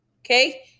Okay